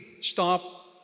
stop